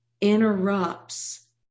interrupts